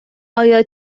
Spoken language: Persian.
آیا